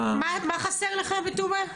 מה חסר לך בטובא?